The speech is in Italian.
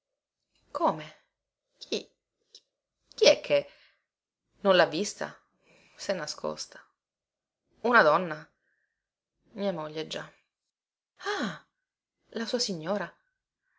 come chi chi è che non lha vista sè nascosta una donna mia moglie già ah la sua signora